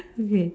okay